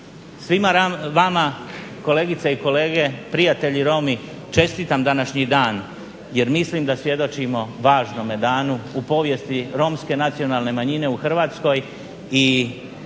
Svima vama kolegice i kolege, prijatelji Romi čestitam današnji dan jer mislim da svjedočimo važnome danu u povijesti Romske nacionalne manjine u Hrvatskoj i iskazujem